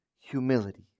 humility